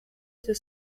des